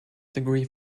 degree